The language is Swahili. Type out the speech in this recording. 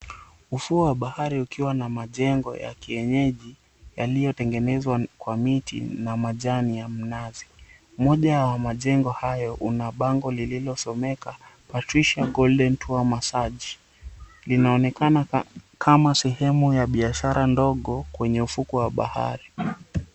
Ufuo wa bahari ukiwa na majengo ya kienyeji yaliyotengenezwa kwa miti na majani ya minazi. Moja wa majengo hayo, una bango lililosomeka Patricia Golden Tour Massage, linaonekana kama sehemu ya biashara ndogo kwenye ufukwe wa bahari.